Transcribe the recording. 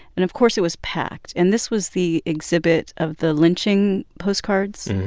and of course, it was packed. and this was the exhibit of the lynching postcards,